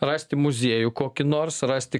rasti muziejų kokį nors rasti